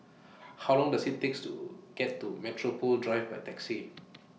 How Long Does IT takes to get to Metropole Drive By Taxi